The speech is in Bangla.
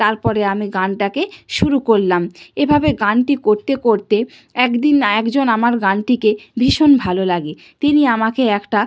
তারপরে আমি গানাটাকে শুরু করলাম এভাবে গানটি করতে করতে এক দিন একজন আমার গানটিকে ভীষণ ভালো লাগে তিনি আমাকে একটা